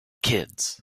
kids